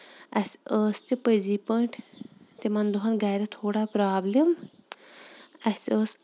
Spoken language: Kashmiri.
اَسہِ ٲسۍ تہِ پٔزی پٲٹھۍ تِمن دۄہن گرِ تھوڑا پرابلِم اَسہِ ٲسۍ